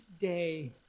day